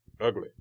ugly